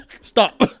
stop